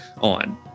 on